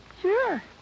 Sure